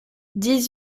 dix